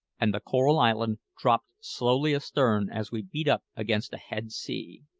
and the coral island dropped slowly astern as we beat up against a head sea.